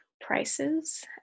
prices